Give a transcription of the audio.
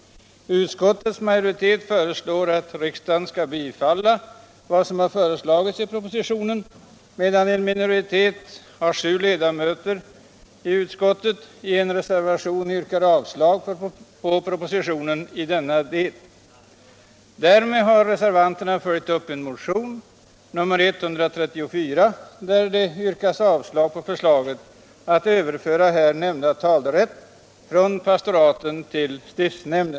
Utskottets majoritet föreslår att riksdagen skall bifalla propositionen, medan en minoritet av sju ledamöter i en reservation, nr 1, yrkar avslag på propositionen i denna del. Därmed har reservanterna följt upp en motion, 1975/76:134, där det yrkas avslag på förslaget att här nämnda talerätt skall överföras från pastoraten till stiftsnämnden.